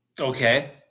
Okay